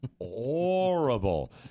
horrible